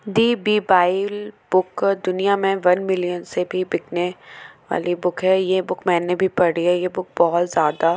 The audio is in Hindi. दी बी बाइल बुक दुनिया में वन मिलियन से भी बिकने वाली बुक है ये बुक मैंने भी पढ़ी है ये बुक बहुत ज़्यादा